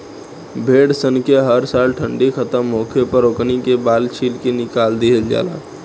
भेड़ सन के हर साल ठंडी खतम होखे पर ओकनी के बाल के छील के निकाल दिहल जाला